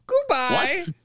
Goodbye